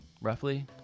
roughly